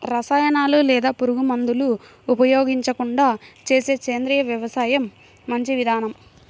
రసాయనాలు లేదా పురుగుమందులు ఉపయోగించకుండా చేసే సేంద్రియ వ్యవసాయం మంచి విధానం